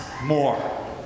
More